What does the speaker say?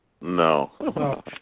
No